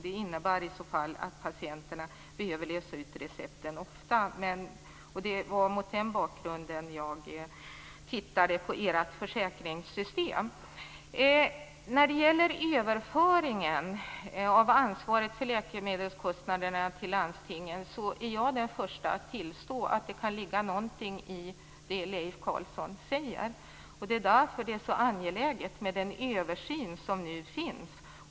Det innebär i så fall att patienterna behöver lösa ut recepten ofta. Det var mot den bakgrunden som jag tittade på ert försäkringssystem. När det gäller överföringen av ansvaret för läkemedelskostnaderna till landstingen är jag den första att tillstå att det kan ligga någonting i det som Leif Carlson säger. Det är därför som det är så angeläget med den översyn som nu görs.